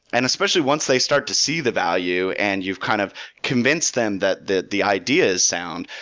and especially, once they start to see the value and you've kind of convinced them that the the idea is sound,